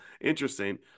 interesting